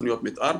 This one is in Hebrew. תכניות מתאר,